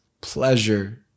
pleasure